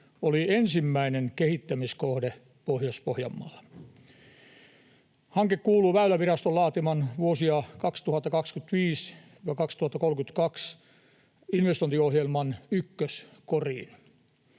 oli ensimmäinen kehittämiskohde Pohjois-Pohjanmaalla. Hanke kuuluu Väyläviraston laatiman vuosien 2025—2032 investointiohjelman ykköskoriin.